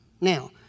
Now